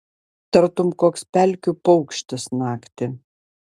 tartum koks pelkių paukštis naktį